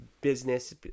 business